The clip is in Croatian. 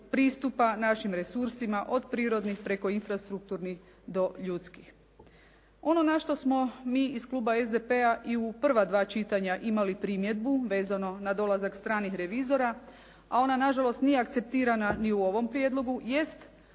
pristupa našim resursima od prirodnih preko infrastrukturnih do ljudskih. Ono na što smo mi iz Kluba SDP-a i u prva dva čitanja imali primjedbu vezano na dolazak stranih revizora a ona nažalost nije akceptirana ni u ovom prijedlogu jest